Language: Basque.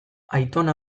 aitona